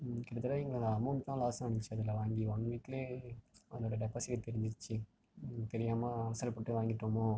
கிட்டத்தட்ட எங்கள் அமௌண்ட் தான் லாஸ் ஆனுச்சி அதில் வாங்கி ஒன் வீக்கில் அதோடய தெரிஞ்சிடுச்சு தெரியாமல் அவசரப்பட்டு வாங்கிட்டோமோ